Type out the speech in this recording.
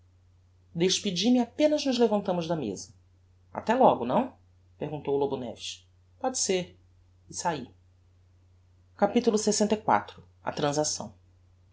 despedi-me apenas nos levantámos da mesa até logo não perguntou o lobo neves póde ser e sai capitulo lxiv a transacção